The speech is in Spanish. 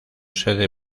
sede